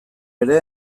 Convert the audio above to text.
ere